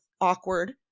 awkward